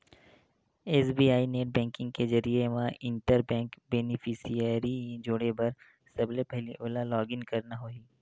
SBI net banking के जरिए म इंटर बेंक बेनिफिसियरी जोड़े बर सबले पहिली ओला लॉगिन करना होही